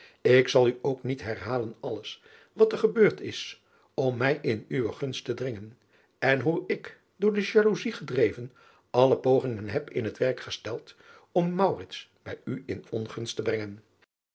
k zal u ook niet herhalen alles wat er gebeurd is om mij in uwe gunst te dringen en hoe ik door de jaloezij gedreven alle pogingen heb in het werk gesteld om bij u in ongunst brengen